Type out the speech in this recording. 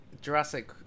Jurassic